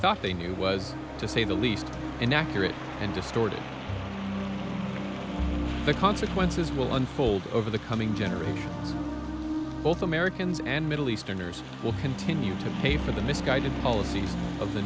thought they knew was to say the least inaccurate and distorted the consequences will unfold over the coming generation both americans and middle easterners will continue to pay for the misguided policies of the